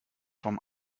from